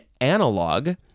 analog